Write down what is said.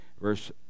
Verse